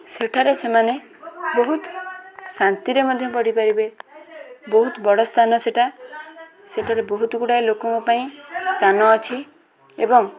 ସେଠାରେ ସେମାନେ ବହୁତ ଶାନ୍ତିରେ ମଧ୍ୟ ପଢ଼ିପାରିବେ ବହୁତ ବଡ଼ ସ୍ଥାନ ସେଇଟା ସେଠାରେ ବହୁତଗୁଡ଼ାଏ ଲୋକଙ୍କ ପାଇଁ ସ୍ଥାନ ଅଛି ଏବଂ